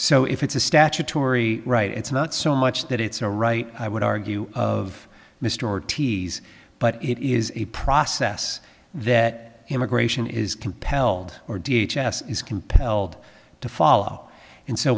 so if it's a statutory right it's not so much that it's a right i would argue of mr ortiz but it is a process that immigration is compelled or d h s s is compelled to follow and so